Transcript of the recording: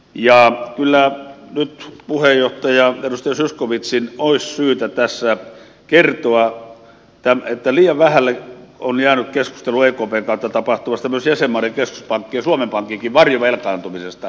ja kyllä nyt puheenjohtaja edustaja zyskowiczin olisi syytä tässä kertoa että liian vähälle on jäänyt keskustelu ekpn kautta tapahtuvasta myös jäsenmaiden keskuspankkien suomen pankinkin varjovelkaantumisesta